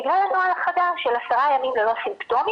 בגלל הנוהל החדש של 10 ימים ללא סימפטומים,